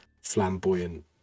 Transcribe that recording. flamboyant